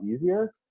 easier